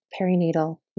Perinatal